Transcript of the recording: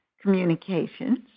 communications